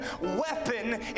weapon